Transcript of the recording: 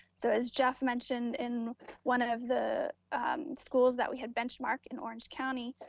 so as jeff mentioned in one of the schools that we had benchmarked in orange county,